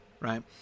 right